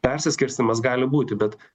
persiskirstymas gali būti bet